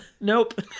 Nope